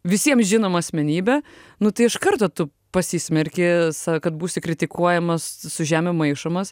visiem žinomą asmenybę nu tai iš karto tu pasismerki sa kad būsi kritikuojamas su žemėm maišomas